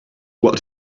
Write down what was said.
what